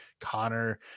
Connor